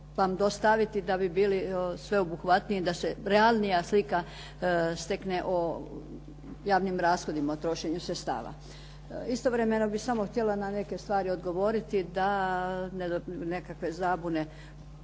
da bi bili sveobuhvatniji, da se realnija slika stekne o javnim rashodima o trošenju sredstava. Istovremeno bih samo htjela na neke stvari odgovoriti da ne dođe